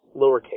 lowercase